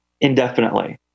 indefinitely